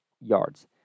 yards